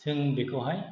जों बेखौहाय